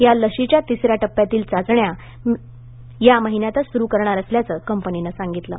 या लशीच्या तिसऱ्या टप्प्यातील चाचण्या या महिन्यातच सुरू करणार असल्याचं कंपनीनं सांगितलं आहे